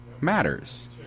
matters